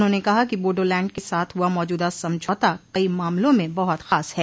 उन्होंने कहा कि बोडोलैंड के साथ हुआ मौजूदा समझौता कई मामलों में बहुत खास है